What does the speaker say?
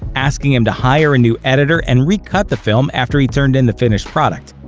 asking him to hire a new editor and recut the film after he turned in the finished product.